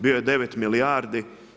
Bio je 9 milijardi.